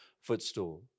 footstool